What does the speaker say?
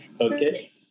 okay